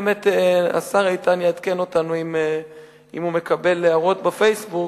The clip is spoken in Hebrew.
השר איתן יעדכן אותנו אם הוא מקבל הערות ב"פייסבוק".